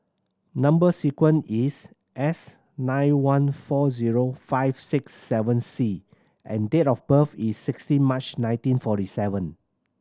number sequence is S nine one four zero five six seven C and date of birth is sixteen March nineteen forty seven